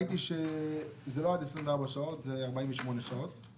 ראיתי שזה לא תוך 24 שעות אלא תוך 48 שעות.